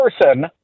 person